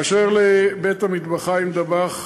באשר לבית-המטבחיים "דבאח",